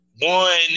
one